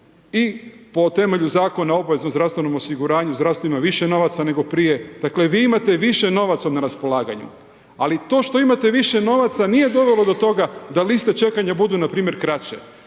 i po temeljenu Zakona o obveznom zdravstvenom osiguranju, zdravstvo ima više novaca nego prije, dakle vi imate više novaca na raspolaganju. Ali to što imate više novaca nije dovelo do toga da liste čekanja budu npr. kraće,